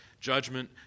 judgment